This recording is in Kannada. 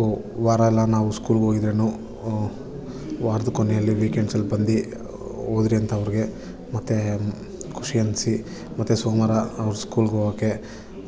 ಓಹ್ ವಾರಯೆಲ್ಲ ನಾವು ಸ್ಕೂಲ್ಗೆ ಹೋಗಿದ್ರೇ ವಾರದ ಕೊನೆಯಲ್ಲಿ ವೀಕೆಂಡ್ಸಲ್ಲಿ ಬಂದು ಹೋದ್ರಿ ಅಂತ ಅವ್ರಿಗೆ ಮತ್ತೆ ಖುಷಿ ಅನ್ನಿಸಿ ಮತ್ತೆ ಸೋಮವಾರ ಅವರ ಸ್ಕೂಲ್ಗೆ ಹೋಗೋಕ್ಕೆ